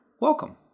welcome